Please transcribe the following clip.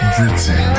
Britain